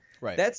Right